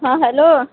हँ हैलो